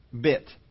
bit